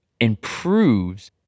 improves